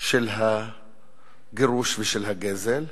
של הגירוש ושל הגזל.